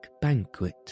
banquet